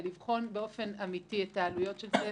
ולבחון באופן אמיתי את העלויות של זה,